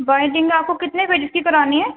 binding کے آپ کو کتنے پیجز کی کرانی ہے